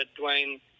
Dwayne